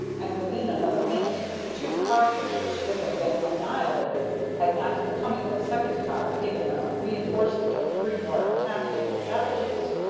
and within another minute the two car-pushers would have been annihilated had not the coming of a second car given them a reinforcement of three more half-naked savages.